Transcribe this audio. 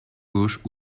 gauche